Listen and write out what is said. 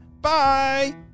Bye